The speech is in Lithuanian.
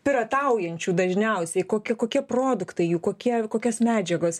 pirataujančių dažniausiai kokie kokie produktai jų kokie kokias medžiagos